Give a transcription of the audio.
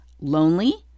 lonely